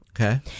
Okay